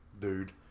dude